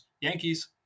Yankees